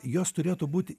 jos turėtų būti